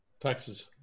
taxes